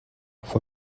for